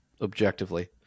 objectively